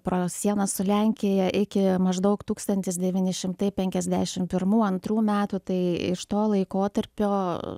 pro sieną su lenkija iki maždaug tūkstantis devyni šimtai penkiasdešimt pirmų antrų metų tai iš to laikotarpio